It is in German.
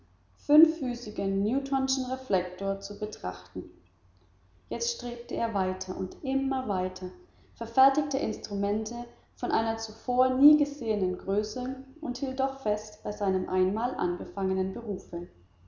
fünffüßigen newtonschen reflektor zu betrachten jetzt strebte er weiter und immer weiter verfertigte instrumente von einer zuvor nie gesehenen größe und hielt doch fest bei seinem einmal angefangenen berufe